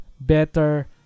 better